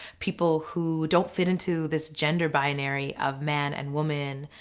people who don't fit into this gender binary of man and woman,